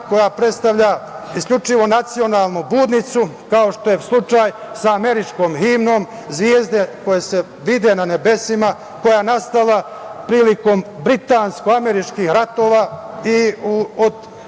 koja predstavlja isključivo nacionalnu budnicu, kao što je slučaj sa američkom himnom - Zvezde koje se vide na nebesima, koja je nastala prilikom britansko-američkih ratova i od